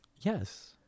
yes